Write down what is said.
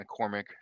McCormick